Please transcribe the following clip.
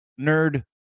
nerd